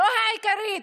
לא העיקרית,